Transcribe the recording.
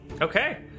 Okay